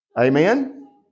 Amen